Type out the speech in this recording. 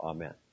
Amen